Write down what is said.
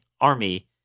army